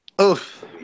Oof